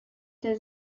der